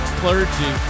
clergy